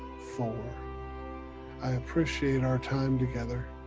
four i appreciate our time together,